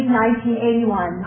1981